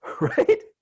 right